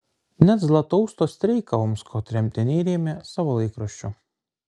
net zlatousto streiką omsko tremtiniai rėmė savo laikraščiu